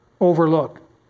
overlook